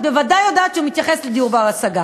את בוודאי יודעת שהוא מתייחס לדיור בר-השגה.